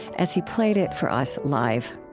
as he played it for us live